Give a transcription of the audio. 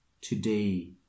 today